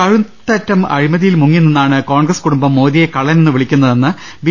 കഴുത്തറ്റം അഴിമതിയിൽ മുങ്ങിനിന്നാണ് കോൺഗ്രസ് കുടുംബം മോദിയെ കള്ളനെന്ന് വിളിക്കുന്നതെന്ന് ബി